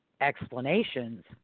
explanations